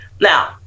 Now